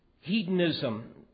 hedonism